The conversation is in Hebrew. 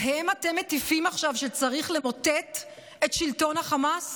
להם אתם מטיפים עכשיו שצריך למוטט את שלטון החמאס?